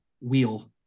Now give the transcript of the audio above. wheel